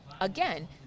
again